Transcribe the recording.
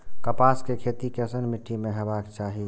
कपास के खेती केसन मीट्टी में हेबाक चाही?